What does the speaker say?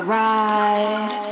ride